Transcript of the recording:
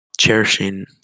Cherishing